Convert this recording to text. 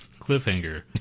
Cliffhanger